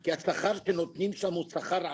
כי השכר שנותנים שם הוא שכר עלוב.